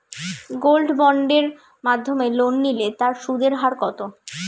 Gold বন্ডের মাধ্যমে loan নিলে তার সুদের হার কত?